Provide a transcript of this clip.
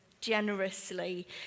generously